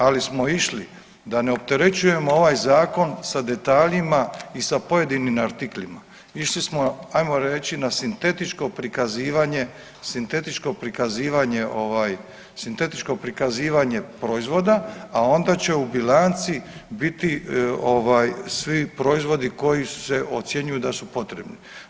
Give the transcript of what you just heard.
Ali smo išli da ne opterećujemo ovaj Zakon sa detaljima i sa pojedinim arktiklima, išli smo, ajmo reći, na sintetičko prikazivanje, sintetičko prikazivanje, ovaj, sintetičko prikazivanje proizvoda, a onda će u bilanci biti ovaj, svi proizvodi koji se ocjenjuju da su potrebni.